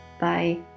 Bye